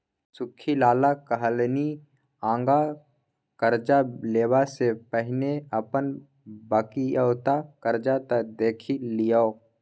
सुख्खी लाला कहलनि आँगा करजा लेबासँ पहिने अपन बकिऔता करजा त देखि लियौ